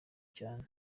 cyane